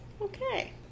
Okay